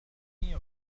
الجميع